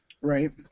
Right